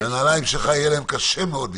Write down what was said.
לנעליים שלך יהיה להם קשה מאוד להיכנס.